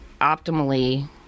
optimally